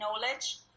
knowledge